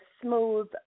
smooth